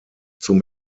zum